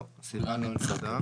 לא, סיון לא נמצא כאן.